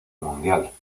mundial